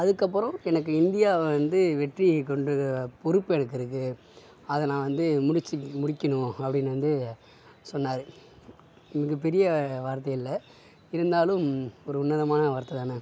அதுக்கப்புறோம் எனக்கு இந்தியாவை வந்து வெற்றி கொண்டு பொறுப்பு எனக்கு இருக்குது அதை நான் வந்து முடிச்சு முடிக்கணும் அப்படீன்னு வந்து சொன்னார் மிகப்பெரிய வார்த்தை இல்லை இருந்தாலும் ஒரு உன்னதமான வார்த்தை தானே